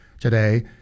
today